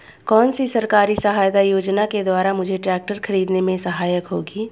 कौनसी सरकारी सहायता योजना के द्वारा मुझे ट्रैक्टर खरीदने में सहायक होगी?